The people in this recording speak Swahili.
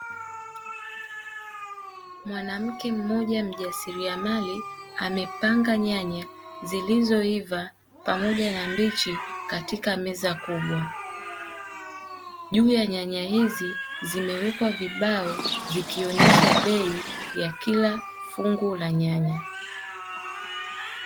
Mwanamke mmoja mjasiriamali amepanga nyanya zilizoiva, pamoja na mbichi katika meza kubwa. Juu ya nyanya hizi zimewekwa vibao zikionesha bei za kila ya kila fungu la nyanya.